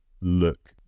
look